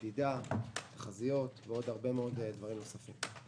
מדידה, תחזיות ועוד הרבה מאוד דברים נוספים.